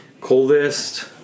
Coldest